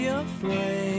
afraid